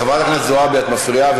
חברת הכנסת זועבי, את מפריעה.